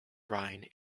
rhine